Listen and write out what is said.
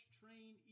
train